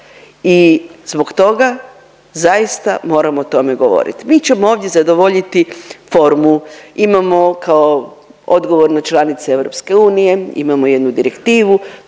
i zbog toga zaista moramo o tome govoriti. Mi ćemo ovdje zadovoljiti formu. Imamo kao odgovorna članica EU imamo jednu direktivu,